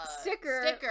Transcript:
sticker